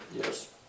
Yes